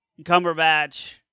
Cumberbatch